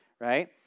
right